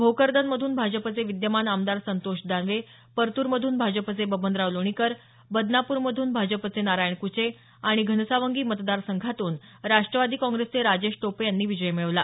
भोकरदन मधून भाजपचे विद्यमान आमदार संतोष दानवे परतूरमधून भाजपचे बबनराव लोणीकर बदनापूर मधून भाजपचे नारायण कुचे आणि घनसावंगी मतदार संघातून राष्ट्रवादी काँग्रेसचे राजेश टोपे यांनी विजय मिळवला